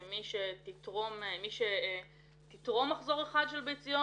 שמי שתתרום מחזור אחד של ביציות,